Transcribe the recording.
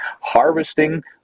harvesting